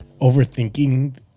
overthinking